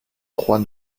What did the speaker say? croix